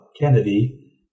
Kennedy